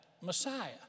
Messiah